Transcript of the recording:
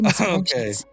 Okay